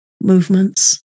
movements